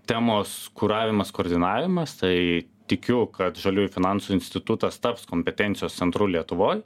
temos kuravimas koordinavimas tai tikiu kad žaliųjų finansų institutas taps kompetencijos centru lietuvoj